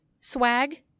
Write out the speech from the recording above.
swag